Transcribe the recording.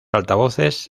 altavoces